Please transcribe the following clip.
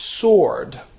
sword